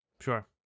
Sure